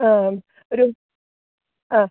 ആം ഒരു ആ